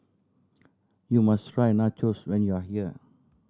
you must try Nachos when you are here